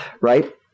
Right